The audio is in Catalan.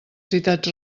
citats